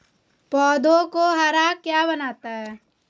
पौधों को हरा क्या बनाता है?